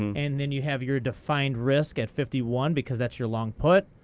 and then you have your defined risk at fifty one, because that's your long put,